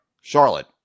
Charlotte